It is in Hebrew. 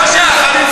אתם השב"חים,